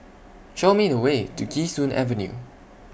Show Me The Way to Kee Sun Avenue